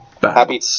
Happy